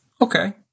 Okay